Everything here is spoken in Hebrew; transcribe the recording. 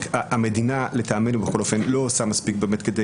המדינה לטעמנו בכל אופן לא עושה מספיק כדי